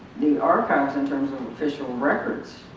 the archives, in terms of official records,